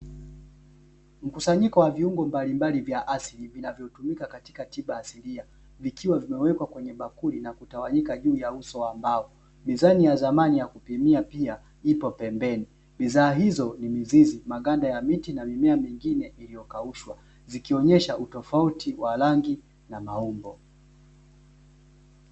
Mkusanyiko wa viungo mbalimbali vya asili vinavyotumika katika tiba asilia vikiwa vimewekwa kwenye bakuli na kutawanyika juu ya uso wa mbao, mizani ya zamani ya kupimia pia ipo pembeni. Bidhaa hizo ni mizizi, maganda ya miti na mimea mingine iliyokaushwa zikionyesha utofauti wa rangi na maumbo.